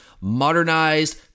modernized